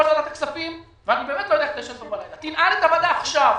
תנעל את הוועדה עכשיו.